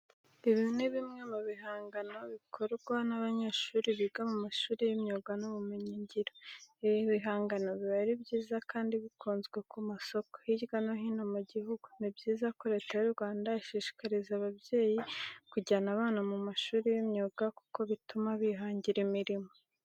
Ibi ni bimwe mu bihangano bikorwa n'abanyeshuri biga mu mashuri y'imyuga n'ubumenyingiro. Ibi bihangano biba ari byiza kandi bikunzwe ku masoko hirya no hino mu gihugu. Ni byiza ko Leta y'u Rwanda ishishikariza ababyeyi kujyana abana mu mashuri y'imyuga kuko bituma bihangira imirimo.